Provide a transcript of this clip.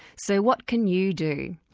so what can you do?